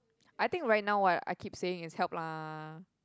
I think right now what I keep saying is help lah